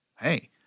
Hey